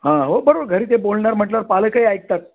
हां हो बरोबर घरी ते बोलणार म्हटल्यावर पालकही ऐकतात